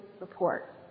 report